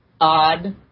odd